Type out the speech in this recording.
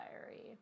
diary